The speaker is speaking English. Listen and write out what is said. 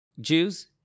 Jews